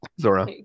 zora